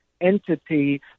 entity